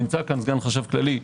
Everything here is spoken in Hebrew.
סגן חשב כללי,